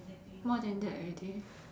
more than that already